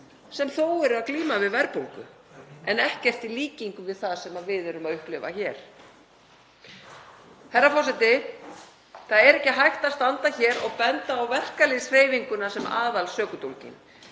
sem þó eru að glíma við verðbólgu en ekkert í líkingu við það sem við erum að upplifa hér. Herra forseti. Það er ekki hægt að standa hér og benda á verkalýðshreyfinguna sem aðalsökudólginn.